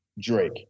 Drake